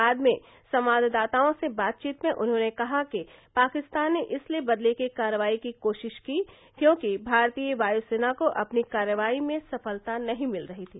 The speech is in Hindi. बाद में संवाददाताओं से बातचीत में उन्होंने कहा कि पाकिस्तान ने इसलिए बदले की कार्रवाई की कोशिश की क्योंकि भारतीय वायुसेना को अपनी कार्रवाई में सफलता मिल रही थी